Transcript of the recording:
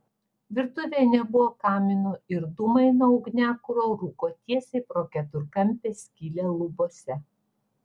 virtuvėje nebuvo kamino ir dūmai nuo ugniakuro rūko tiesiai pro keturkampę skylę lubose